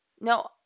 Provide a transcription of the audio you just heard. No